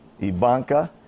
Ivanka